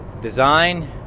design